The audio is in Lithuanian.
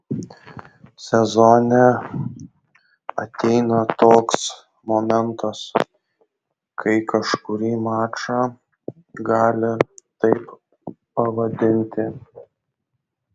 sezone ateina toks momentas kai kažkurį mačą gali taip pavadinti